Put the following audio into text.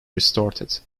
restarted